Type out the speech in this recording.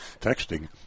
texting